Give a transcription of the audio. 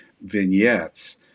vignettes